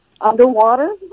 underwater